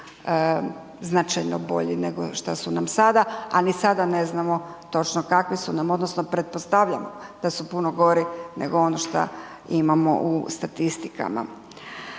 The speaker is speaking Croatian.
značajno bolji nego što su nam sada, a ni sada ne znamo točno kakvi su nam odnosno pretpostavljam da su puno gori nego ono šta imamo u statistikama.